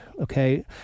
okay